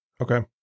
Okay